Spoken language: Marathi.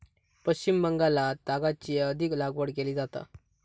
पश्चिम बंगालात तागाची अधिक लागवड केली जाता